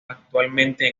actualmente